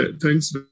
thanks